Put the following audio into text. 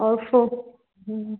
और